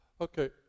Okay